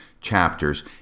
chapters